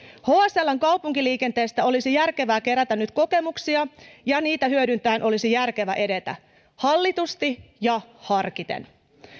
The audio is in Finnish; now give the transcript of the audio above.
hsln kaupunkiliikenteestä olisi järkevää kerätä nyt kokemuksia ja niitä hyödyntäen olisi järkevä edetä hallitusti ja harkiten